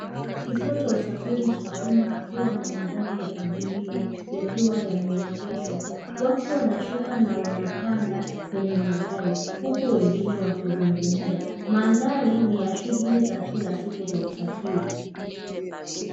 Kituo cha usafiri cha umma kikiwa na magari ya abiria yakiwa yameegeshwa. Watu wanashuka na wanapanda kwenye magari, huku wengine wakizungumza. Mandhari ni ya shuguli za kila siku za usafiri.